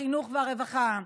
החינוך והרווחה.